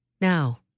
Now